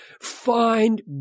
find